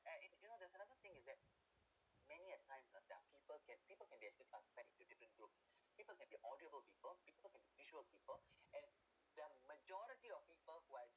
and you you know there's another thing is that many a times ah their people can people can be actually be classified into different groups people can be audio book people people can be visual people and the majority of people who are